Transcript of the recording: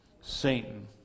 Satan